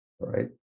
right